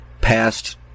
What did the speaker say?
past